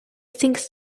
sinks